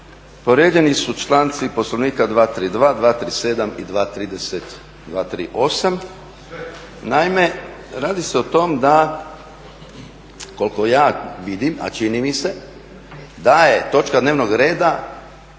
Poredani su članci Poslovnika 232., 237. i 238. Naime, radi se o tom da koliko ja vidim, a čini mi se da je točka dnevnog reda